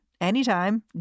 anytime